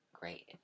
great